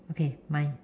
okay mine